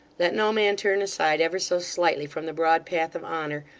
let no man turn aside, ever so slightly, from the broad path of honour,